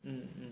mm mm